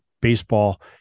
baseball